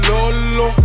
Lolo